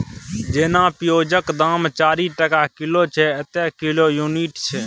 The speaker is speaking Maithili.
जेना पिओजक दाम चारि टका किलो छै एतय किलो युनिट छै